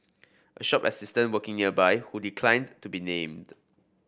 a shop assistant working nearby who declined to be named